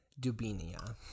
Dubinia